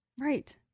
Right